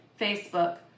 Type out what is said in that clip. Facebook